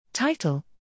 Title